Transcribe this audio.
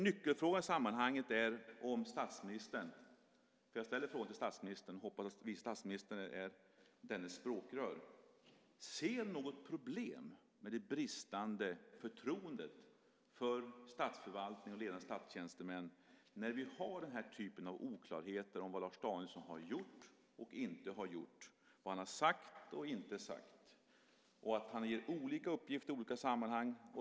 Nyckelfrågan i sammanhanget är om statsministern - för jag ställer frågan till statsministern, och jag hoppas att vice statsministern är dennes språkrör - ser något problem med det bristande förtroendet för statsförvaltningen och ledande statstjänstemän när vi har den typen av oklarheter om vad Lars Danielsson har gjort och inte gjort, vad han sagt och inte sagt. Han ger olika uppgifter i olika uppgifter i olika sammanhang.